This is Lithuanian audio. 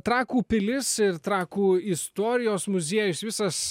trakų pilis ir trakų istorijos muziejus visas